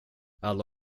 alla